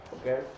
Okay